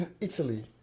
Italy